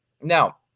Now